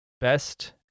best